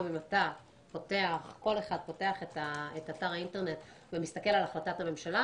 אם כל אחד פותח את אתר האינטרנט ומסתכל על החלטת הממשלה,